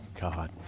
God